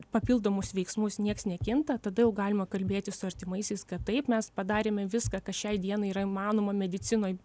papildomus veiksmus nieks nekinta tada jau galima kalbėti su artimaisiais kad taip mes padarėme viską kas šiai dienai yra įmanoma medicinoj